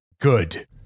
good